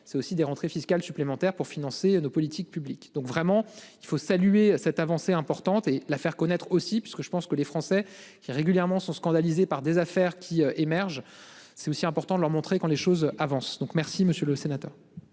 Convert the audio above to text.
C'est aussi des rentrées fiscales supplémentaires pour financer nos politiques publiques donc vraiment il faut saluer cette avancée importante et la faire connaître aussi parce que je pense que les Français qui régulièrement sont scandalisés par des affaires qui émerge, c'est aussi important de leur montrer qu'quand les choses avancent donc, merci monsieur le sénateur.